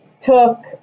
took